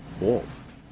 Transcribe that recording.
Wolf